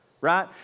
Right